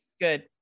good